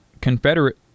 Confederate